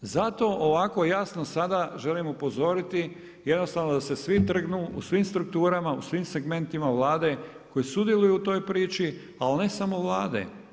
Zato ovako jasno sada želim upozoriti jednostavno da se svi trgnu u svim strukturama, u svim segmentima Vlade, koji sudjeluju u toj priči, ali ne samo Vlade.